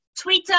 Twitter